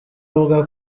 avuga